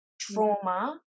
trauma